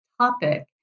topic